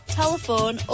telephone